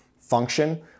function